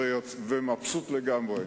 מודעה למכירת כלב בעד מיליון דולר.